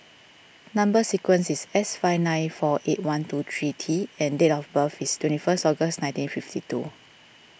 Number Sequence is S five nine four eight one two three T and date of birth is twenty first August nineteen fifty two